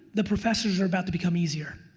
the professors are about to become easier.